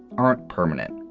aren't permanent,